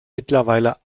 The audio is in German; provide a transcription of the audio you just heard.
mittlerweile